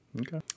Okay